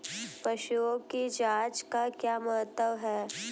पशुओं की जांच का क्या महत्व है?